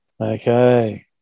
Okay